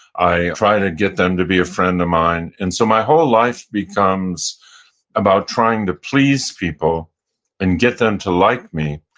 i try and to get them to be a friend of mine. and so my whole life becomes about trying to please people and get them to like me,